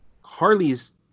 harley's